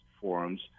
forums